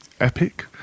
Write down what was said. epic